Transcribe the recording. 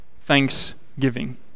thanksgiving